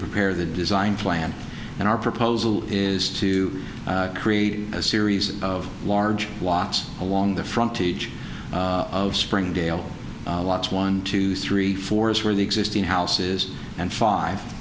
prepare the design plan and our proposal is to create a series of large walks along the front page of springdale lots one two three four is where the existing house is and five